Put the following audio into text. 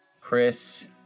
Chris